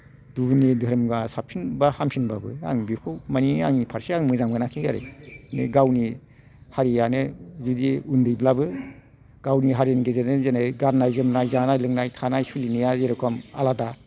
गुबुननि धोरोमबा साबसिन बा हामसिनबाबो आं बेखौ मानि आं बेखौ मोजां मोनाखै आरिखि गावनि हारिआनो बिदि उन्दैब्लाबो गावनि हारिनि गेजेरजों जेरै गाननाय जोमनाय लोंनाय जानाय थानाय सोलिनाया जेर'खम आलादा